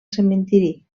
cementiri